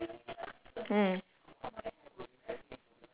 mm